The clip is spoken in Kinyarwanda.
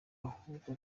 ahubwo